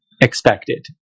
expected